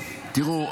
--- וואו.